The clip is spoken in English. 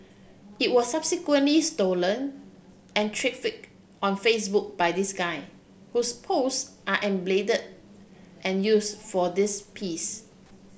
it was subsequently stolen and on Facebook by this gun whose pose are and use for this piece